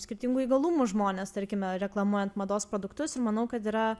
skirtingo įgalumo žmones tarkime reklamuojant mados produktus ir manau kad yra